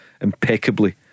impeccably